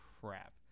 crap